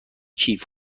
کیف